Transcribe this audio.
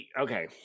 okay